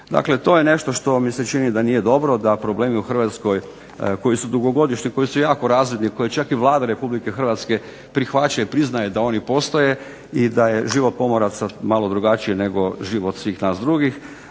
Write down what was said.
Dakle, to je nešto što mi se čini da nije dobro, da problemi u Hrvatskoj koji su dugogodišnji, koji su jako razvidni, koje je čak i Vlada Republike Hrvatske prihvaća i priznaje da oni postoje i da je život pomoraca malo drugačiji nego život svih nas drugih.